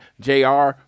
jr